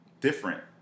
different